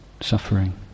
suffering